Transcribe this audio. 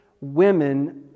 women